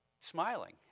smiling